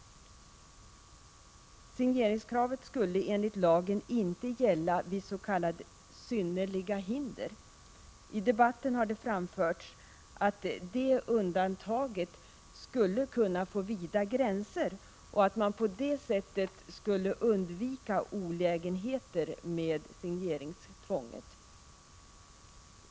Signeringskravet skulle enligt lagen inte gälla vid ”synnerliga hinder”. I debatten har man framfört att det undantaget skulle kunna få vida gränser och att man på det sättet skulle kunna undvika olägenheterna med signeringstvånget.